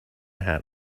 hat